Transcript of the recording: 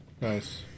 Nice